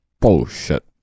Bullshit